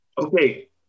Okay